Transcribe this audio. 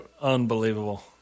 Unbelievable